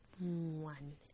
one